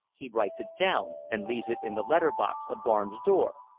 he writes it down and leaves it in the letter-box of barnes' door,